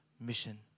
mission